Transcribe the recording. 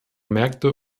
märkte